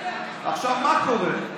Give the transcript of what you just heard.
עכשיו, מה קורה?